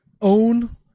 own